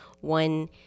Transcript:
one